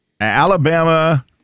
Alabama